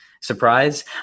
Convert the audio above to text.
surprise